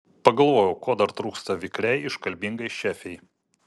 pagalvojau ko dar trūksta vikriai iškalbingai šefei